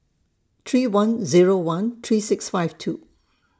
three one Zero one three six five two